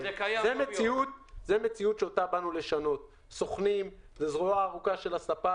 זה חד משמעית לא בסדר.